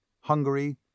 Hungary